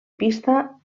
pista